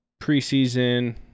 preseason